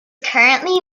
currently